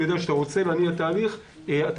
אני יודע שכאשר אתה רוצה להניע תהליך אתה